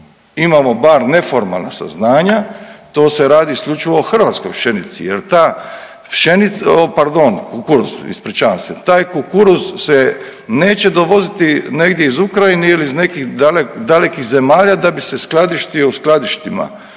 imamo bar neformalno saznanja to se radi isključivo o hrvatskoj pšenici, jer ta, pardon, o kukuruzu. Ispričavam se. Taj kukuruz se neće dovoziti negdje iz Ukrajine ili iz nekih dalekih zemalja da bi se skladištio u skladištima.